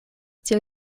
tiel